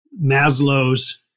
Maslow's